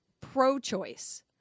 pro-choice